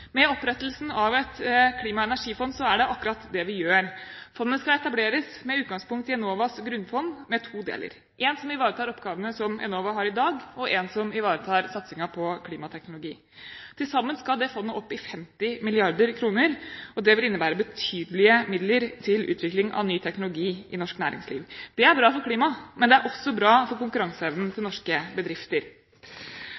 Med opprettelsen av et klima- og energifond er det akkurat det vi gjør. Fondet skal etableres med utgangspunkt i Enovas grunnfond, med to deler, én som ivaretar oppgavene Enova har i dag, og én som ivaretar satsingen på klimateknologi. Til sammen skal fondet opp i 50 mrd. kr. Det vil innebære betydelige midler til utvikling av ny teknologi i norsk næringsliv. Det er bra for klimaet, men det er også bra for konkurranseevnen til